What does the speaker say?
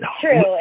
true